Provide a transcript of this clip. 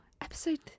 episode